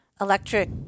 electric